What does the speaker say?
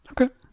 Okay